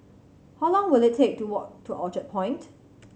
how long will it take to walk to Orchard Point